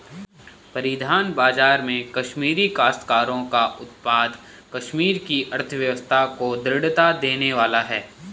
परिधान बाजार में कश्मीरी काश्तकारों का उत्पाद कश्मीर की अर्थव्यवस्था को दृढ़ता देने वाला है